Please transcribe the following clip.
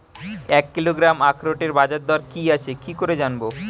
এক কিলোগ্রাম আখরোটের বাজারদর কি আছে কি করে জানবো?